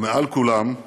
ומעל כולם דליה,